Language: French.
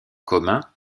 commun